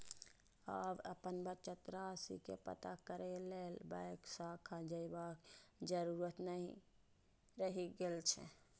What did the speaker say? आब अपन बचत राशि के पता करै लेल बैंक शाखा जयबाक जरूरत नै रहि गेल छै